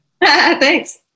Thanks